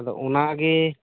ᱟᱫᱚ ᱚᱱᱟᱜᱮ